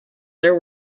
there